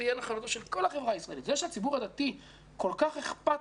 יהיה נחלתה של כל החברה הישראלית כל כך אכפת